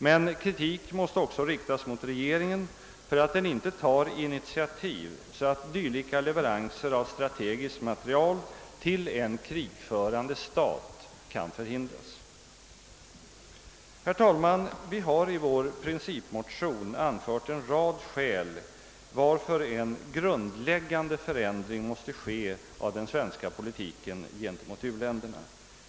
Men kritik måste också riktas mot regeringen för att den inte tar initiativ för att förhindra dylika leveranser av strategisk materiel till en krigförande stat. Herr talman! Vi har i vår principmotion anfört en rad skäl till att det krävs en grundläggande förändring av den svenska politiken gentemot u-länderna.